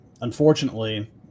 Unfortunately